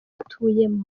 atuyemo